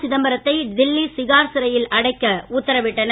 சிதம்பரத்தை டில்லி திகார் சிறையில் அடைக்க உத்தரவிட்டனர்